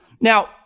Now